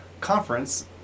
conference